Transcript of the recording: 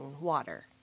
water